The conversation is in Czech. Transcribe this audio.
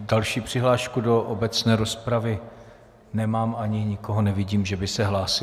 Další přihlášku do obecné rozpravy nemám ani nikoho nevidím, že by se hlásil.